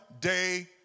day